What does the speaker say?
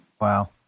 Wow